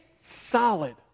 solid